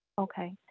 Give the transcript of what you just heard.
Okay